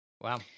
Wow